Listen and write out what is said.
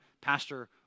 pastor